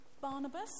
Barnabas